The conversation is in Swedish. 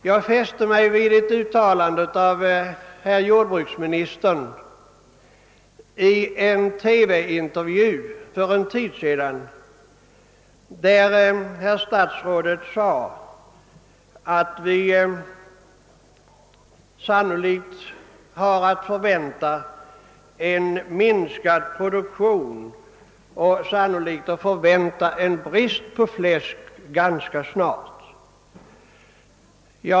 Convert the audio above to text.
Jag fäste mig vid ett uttalande av jordbruksministern i en TV-intervju för en tid sedan, där han sade att vi sanno likt har att förvänta en minskad produktion och brist på fläsk ganska snart.